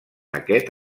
aquest